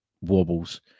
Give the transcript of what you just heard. wobbles